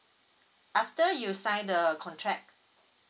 after you sign the contract